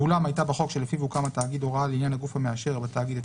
ואולם הייתה בחוק שלפיו הוקם התאגיד הוראה לעניין הגוף המאשר בתאגיד את